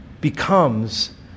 becomes